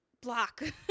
block